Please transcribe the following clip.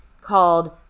called